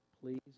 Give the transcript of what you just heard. please